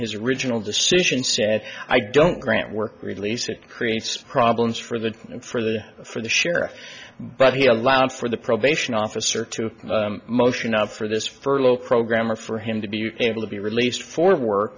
his original decision said i don't grant work release it creates problems for the for the for the sheriff but he allowed for the probation officer to motion out for this furlough program or for him to be able to be released for work